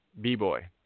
B-Boy